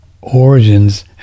origins